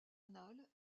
anale